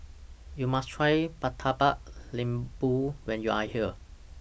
YOU must Try Murtabak Lembu when YOU Are here